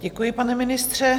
Děkuji, pane ministře.